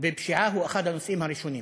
ופשיעה הם אחד הנושאים הראשונים,